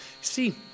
See